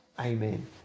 Amen